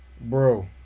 Bro